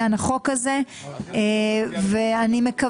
המצב של עוסק כמו מצב של מישהו אחר שלא חייב בהגשת דוח.